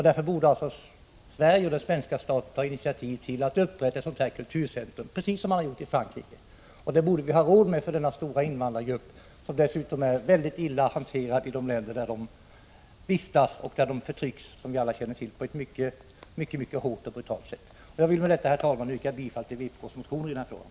Därför borde alltså den svenska staten ta initiativ till att upprätta ett kurdiskt kulturcentrum, precis som man har gjort i Frankrike. Det borde vi ha råd med för denna stora invandrargrupp. Kurderna är dessutom mycket illa behandlade i de länder som de kommer ifrån. De förtrycks där, som vi alla känner till, på ett mycket hårt och brutalt sätt. Jag vill med detta, herr talman, yrka bifall till vpk:s motion i denna fråga.